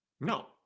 No